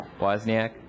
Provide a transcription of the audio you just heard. Wozniak